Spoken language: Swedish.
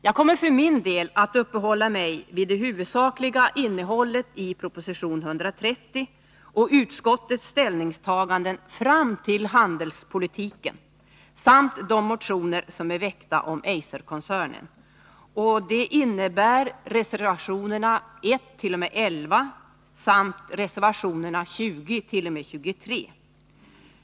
Jag kommer för min del att uppehålla mig vid det huvudsakliga innehållet i proposition 130 och utskottets ställningstaganden fram till handelspolitiken samt de motioner som är väckta om Eiserkoncernen. Det innebär att jag behandlar reservationerna 1-11 samt 20-23.